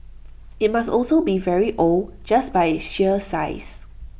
IT must also be very old just by its sheer size